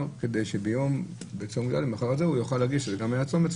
כדי שבצום גדליה למחרת הוא יוכל לגשת לדיון.